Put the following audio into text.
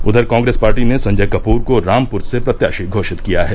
उधर कॉग्रेस पार्टी ने संजय कपूर को रामपूर से प्रत्याशी घोषित किया है